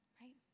right